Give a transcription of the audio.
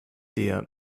der